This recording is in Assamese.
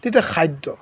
তেতিয়া খাদ্য